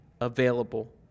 available